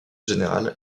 général